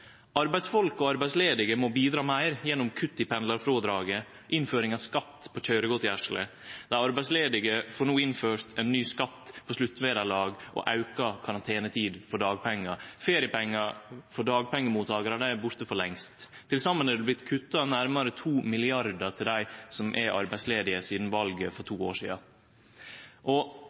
Arbeidsfolk og arbeidsledige må bidra meir gjennom kutt i pendlarfrådraget og innføring av skatt på køyregodtgjersle. Dei arbeidsledige får no innført ein ny skatt på sluttvederlag og auka karantenetid for dagpengar. Feriepengar for dagpengemottakarar er borte for lengst. Til saman er det vorte kutta nærmare 2 mrd. kr til dei som er arbeidsledige, sidan valet for to år sidan.